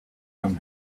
him